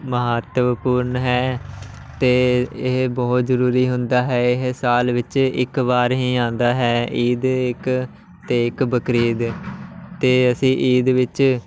ਮਹੱਤਵਪੂਰਨ ਹੈ ਅਤੇ ਇਹ ਬਹੁਤ ਜ਼ਰੂਰੀ ਹੁੰਦਾ ਹੈ ਇਹ ਸਾਲ ਵਿੱਚ ਇੱਕ ਵਾਰ ਹੀ ਆਉਂਦਾ ਹੈ ਈਦ ਇੱਕ ਅਤੇ ਇੱਕ ਬਕਰੀਦ ਅਤੇ ਅਸੀਂ ਈਦ ਵਿੱਚ